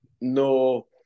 No